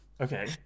Okay